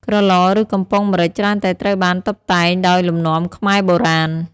ក្រឡ ឬ កំប៉ុងម្រេចច្រើនតែត្រូវបានតុបតែងដោយលំនាំខ្មែរបុរាណ។